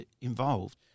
involved